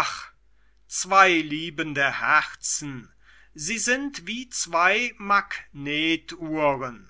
ach zwei liebende herzen sie sind wie zwei magnetuhren